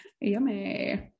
yummy